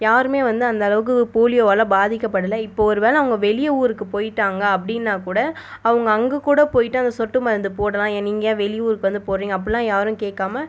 யாருமே வந்து அந்தளவுக்கு போலியோவால் பாதிக்கப்படலை இப்போ ஒரு வேலை அவங்க வெளியே ஊருக்கு போயிட்டாங்க அப்படின்னா கூட அவங்க அங்கே கூட போயிட்டு அந்த சொட்டு மருந்து போடலாம் நீங்கள் ஏன் வெளி ஊருக்கு வந்து போடுறிங்க அப்புடிலாம் யாரும் கேட்காம